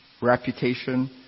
reputation